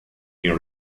been